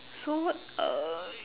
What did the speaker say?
so uh